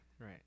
right